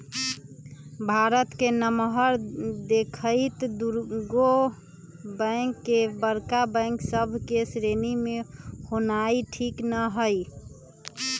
भारत के नमहर देखइते दुगो बैंक के बड़का बैंक सभ के श्रेणी में होनाइ ठीक न हइ